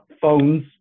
phones